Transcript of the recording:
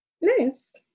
Nice